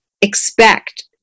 expect